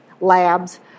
labs